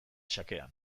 xakean